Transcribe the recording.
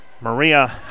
Maria